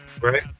right